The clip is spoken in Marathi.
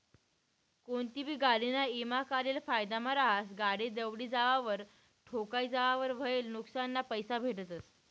कोनतीबी गाडीना ईमा काढेल फायदाना रहास, गाडी दवडी जावावर, ठोकाई जावावर व्हयेल नुक्सानना पैसा भेटतस